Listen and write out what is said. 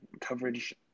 coverage